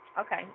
Okay